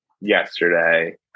yesterday